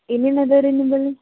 ಇನ್ನೇನು ಅದೆ ರೀ ನಿಮ್ಮಲ್ಲಿ